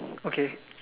okay